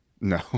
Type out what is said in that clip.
No